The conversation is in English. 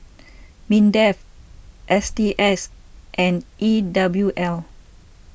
Minds S T S and E W L